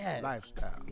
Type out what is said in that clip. lifestyle